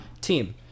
team